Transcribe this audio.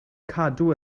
cadw